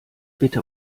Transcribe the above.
bitte